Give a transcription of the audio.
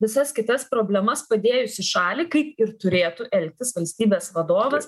visas kitas problemas padėjus į šalį kaip ir turėtų elgtis valstybės vadovas